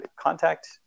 contact